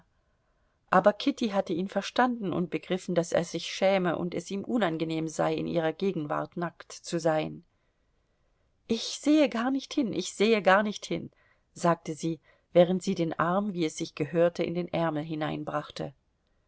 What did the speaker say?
aber kitty hatte ihn verstanden und begriffen daß er sich schäme und es ihm unangenehm sei in ihrer gegenwart nackt zu sein ich sehe gar nicht hin ich sehe gar nicht hin sagte sie während sie den arm wie es sich gehörte in den ärmel